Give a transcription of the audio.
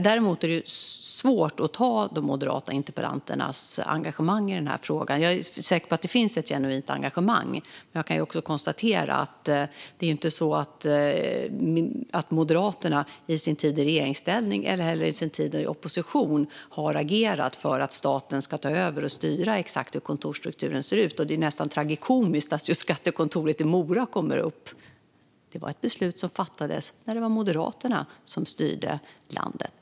Att de moderata debattdeltagarna har ett genuint engagemang i frågan är jag säker på. Men jag kan också konstatera att Moderaterna varken under sin tid i regeringsställning eller under sin tid i opposition har agerat för att staten ska ta över och styra exakt hur kontorsstrukturen ska se ut. Det är nästan tragikomiskt att just skattekontoret i Mora kommer upp. Det var ett beslut som fattades när det var Moderaterna som styrde landet.